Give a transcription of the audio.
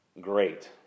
great